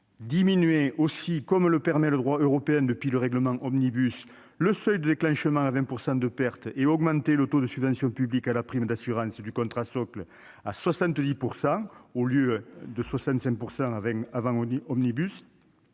diminuer, comme le permet le droit européen depuis le règlement Omnibus, le seuil de déclenchement à 20 % de pertes et d'augmenter le taux de subvention publique à la prime d'assurance du contrat socle à 70 % au lieu de 65 %. Il préconise